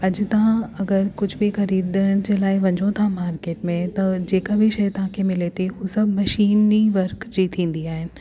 अॼु तव्हां अगरि कुझु बि ख़रीदण जे लाइ वञो था मार्केट में त जेका बि शइ तव्हांखे मिले थी उहे सभु मशीनी वर्क जी थींदी आहिनि